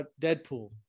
Deadpool